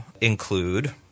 include